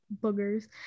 boogers